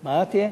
מה תהיה?